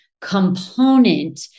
component